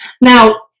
Now